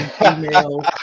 email